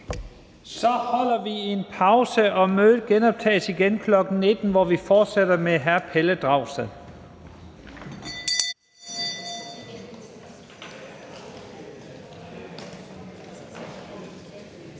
Så holder vi en pause, og mødet genoptages igen kl. 19.00, hvor vi fortsætter med hr. Pelle Dragsted.